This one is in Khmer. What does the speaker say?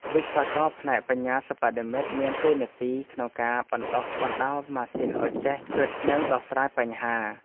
វិស្វករផ្នែកបញ្ញាសិប្បនិម្មិតមានតួនាទីក្នុងការបណ្តុះបណ្តាលម៉ាស៊ីនឱ្យចេះគិតនិងដោះស្រាយបញ្ហា។